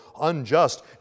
unjust